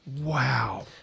Wow